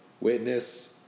witness